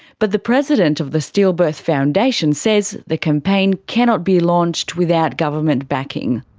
but the president of the stillbirth foundation says the campaign cannot be launched without government backing.